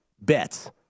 bets